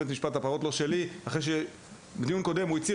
״הפרות לא שלי.״ זה אחרי שבדיון הקודם הוא הצהיר